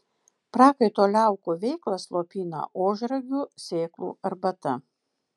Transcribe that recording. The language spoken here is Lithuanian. prakaito liaukų veiklą slopina ožragių sėklų arbata